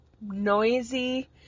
noisy